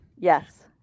Yes